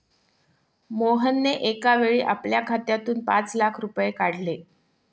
मोहनने एकावेळी आपल्या खात्यातून पाच लाख रुपये काढले